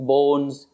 Bones